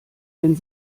den